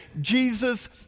Jesus